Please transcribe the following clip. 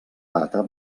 data